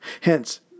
Hence